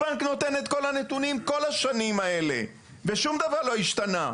הבנק נותן את כל הנתונים כל השנים האלה ושום דבר לא השתנה.